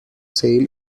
sale